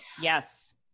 Yes